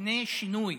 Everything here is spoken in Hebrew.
סוכני שינוי.